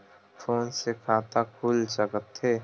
Phone से खाता खुल सकथे?